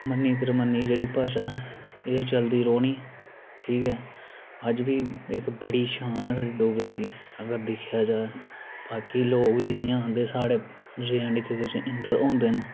मन्नी परमन्नी दी जेह्ड़ी इक्क भाशा एह् चलदी रौह्नी ठीक ऐ ते अज्ज बी इक्क बड़ी शान ऐ डोगरी दी अगर दिक्खेआ जा बाकी लोक एह् जेहियां साढ़े जेएंडके बिच इंटर होंदे न